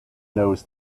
knows